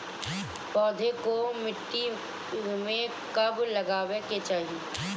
पौधे को मिट्टी में कब लगावे के चाही?